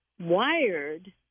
Wired